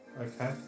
Okay